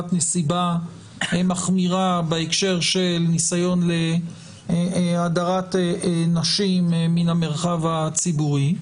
נסיבה מחמירה בהקשר של ניסיון להדרת נשים מהמרחב הציבורי.